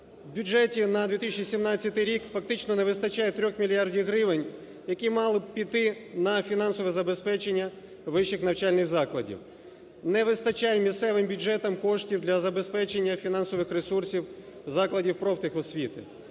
В бюджеті на 2017 рік фактично не вистачає 3 мільярдів гривень, які мали б піти на фінансове забезпечення вищих навчальних закладів. Не вистачає місцевим бюджетам коштів для забезпечення фінансових ресурсів закладів профтехосвіти.